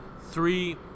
three